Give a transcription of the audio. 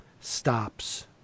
stops